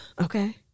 Okay